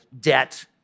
debt